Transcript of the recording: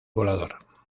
volador